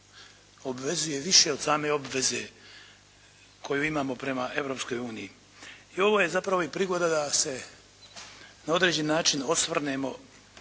obvezuje više od same obveze koju imamo prema Europskoj uniji. I ovo je zapravo i prigoda da se na određeni način osvrnemo